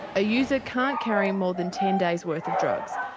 a user can't carry more than ten days worth of drugs,